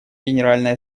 генеральной